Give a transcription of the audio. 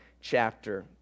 chapter